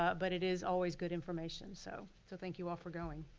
but but it is always good information so so thank you all for going.